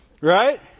Right